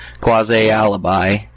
quasi-alibi